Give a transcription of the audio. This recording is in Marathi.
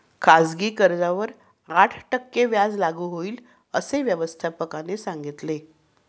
खाजगी कर्जावर आठ टक्के व्याज लागू होईल, असे व्यवस्थापकाने सांगितले